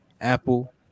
Apple